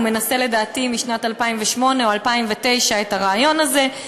הוא מנסה לדעתי משנת 2008 או 2009 את הרעיון הזה,